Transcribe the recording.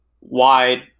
wide